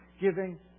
giving